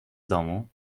domu